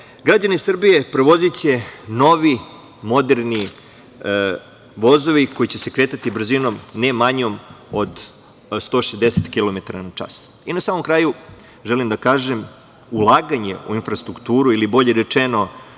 Srbiji prevoziće novi, moderni vozovi koji će se kretati brzinom ne manjom od 160 kilometara na čas. Na samom kraju želim da kažem, ulaganje u infrastrukturu ili bolje rečeno,